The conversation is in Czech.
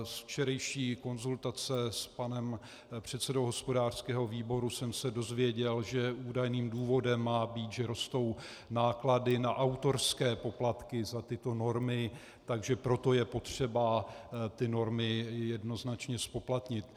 Z včerejší konzultace s panem předsedou hospodářského výboru jsem se dozvěděl, že údajným důvodem má být, že rostou náklady na autorské poplatky za tyto normy, takže proto je potřeba normy jednoznačně zpoplatnit.